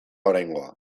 oraingoa